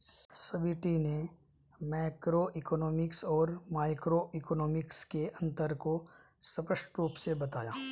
स्वीटी ने मैक्रोइकॉनॉमिक्स और माइक्रोइकॉनॉमिक्स के अन्तर को स्पष्ट रूप से बताया